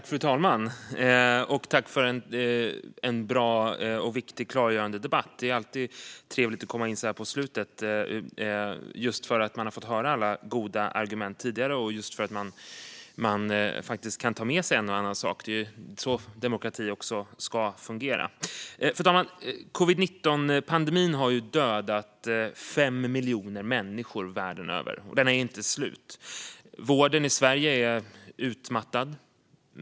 Fru talman! Jag tackar för en bra, viktig och klargörande debatt. Det är alltid trevligt att komma in på slutet i debatten just för att man har fått höra alla goda argument och just för att man faktiskt kan ta med sig en och annan sak. Det är så demokrati ska fungera. Fru talman! Covid-19-pandemin har dödat 5 miljoner människor världen över, och den är inte slut. Vården i Sverige är utmattad.